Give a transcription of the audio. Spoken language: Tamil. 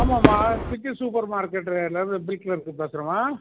ஆமாம்மா சிட்டி சூப்பர் மார்க்கெட்டுலேருந்து பேசுகிறேம்மா